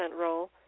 role